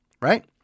Right